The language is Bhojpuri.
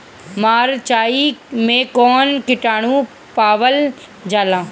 मारचाई मे कौन किटानु पावल जाला?